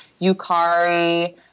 Yukari